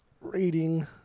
rating